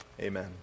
Amen